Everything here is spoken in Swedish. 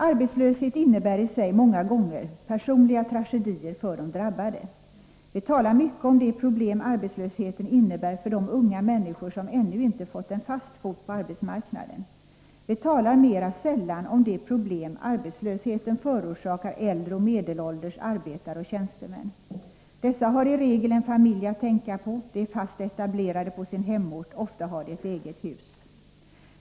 Arbetslöshet innebär i sig många gånger personliga tragedier för de drabbade. Vi talar mycket om de problem arbetslösheten innebär för de unga människor som ännu inte har fått fast fot på arbetsmarknaden. Mera sällan talar vi om de problem som arbetslösheten förorsakar äldre och medelålders arbetare och tjänstemän. Dessa har i regel en familj att tänka på. De är fast etablerade på sin hemort, ofta har de ett eget hus.